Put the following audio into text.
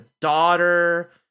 daughter